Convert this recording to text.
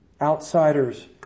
Outsiders